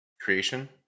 Creation